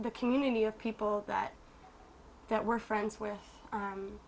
the community of people that that we're friends with